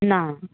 ना